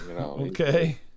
okay